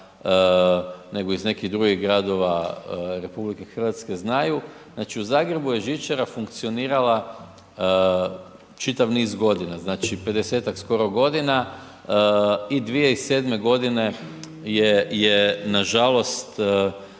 nego iz nekih gradova RH znaju, znači u Zagrebu je žičara funkcionirala čitav niz godina znači pedesetak skoro godina i 2007. godine je nažalost